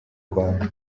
rwanda